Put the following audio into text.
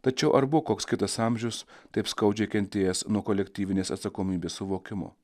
tačiau ar buvo koks kitas amžius taip skaudžiai kentėjęs nuo kolektyvinės atsakomybės suvokimo